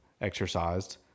exercised